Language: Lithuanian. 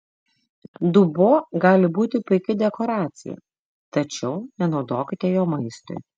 dubuo gali būti puiki dekoracija tačiau nenaudokite jo maistui